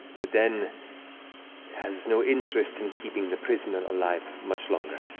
the den has no interest in keeping the prisoner alive much longer.